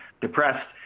depressed